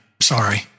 Sorry